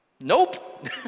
Nope